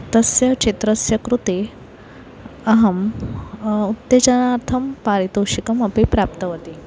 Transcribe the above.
तस्य चित्रस्य कृते अहम् उत्तेजनार्थं पारितोषिकमपि प्राप्तवती